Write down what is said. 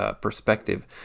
perspective